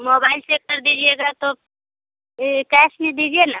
mobile से कर दीजिएगा तो इ कैश में दीजिए न